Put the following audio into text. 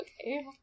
okay